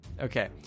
Okay